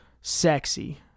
sexy